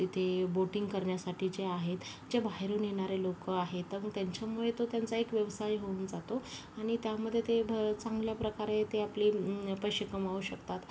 तिथे बोटिंग करण्यासाठी जे आहेत ते बाहेरून येणारे लोकं आहेत अन त्यांच्यामुळे त्यांचा एक व्यवसाय होऊन जातो आणि त्यामध्ये ते भ चांगल्या प्रकारे आपले पैसे कमावू शकतात